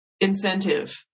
incentive